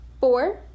Four